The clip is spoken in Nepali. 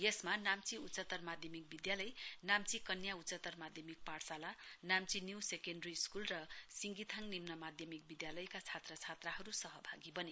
यसमा नाम्ची उच्चतर माध्यमिक विधालय नाम्ची कन्या उच्चतर माध्यमिक पाठशाला नाम्ची न्यू सकेण्डरी स्कूल र सिंगिथाङ निम्न माध्यमिक विधालयका छात्र छात्राहरू सहभागी बने